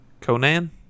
Conan